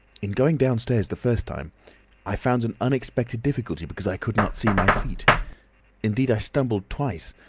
in going downstairs the first time i found an unexpected difficulty because i could not see my feet indeed i stumbled twice,